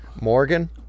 Morgan